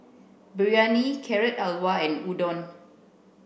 Biryani Carrot Halwa and Udon